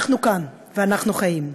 אנחנו כאן ואנחנו חיים.